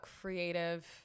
creative